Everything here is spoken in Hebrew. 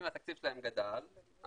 אם התקציב שלהם גדל אז